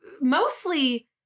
mostly